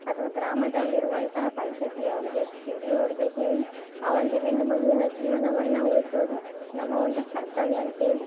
ಅಥವ ಗ್ರಾಮದಲ್ಲಿ ಇರುವಂಥ ಪಂಚಾಯಿತಿ ಅವರಿಗೆ ಪಿ ಡಿ ಒ ಅವರಿಗೆ ಹೇಳಿ ಆ ಒಂದು ಹೆಣ್ಣು ಮಗುವಿನ ಜೀವನವನ್ನು ಉಳಿಸೋದು ನಮ್ಮ ಒಂದು ಕರ್ತವ್ಯ ಅಂತ್ಹೇಳಿ